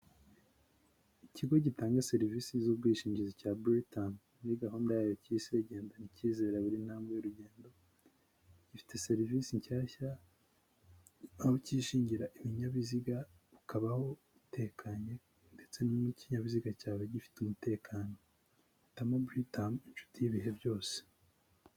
Ikigo gitanga serivisi z'ubwishingizi cya ''Britam'', muri gahunda yayo cyise ''gendana icyizere buri ntambwe y'urugendo''; gifite serivisi nshyashya aho kishingira ibinyabiziga, ukabaho utekanye ndetse n'ikinyabiziga cyawe gifite umutekano. Hitamo Buritamu inshuti y'ibihe byose.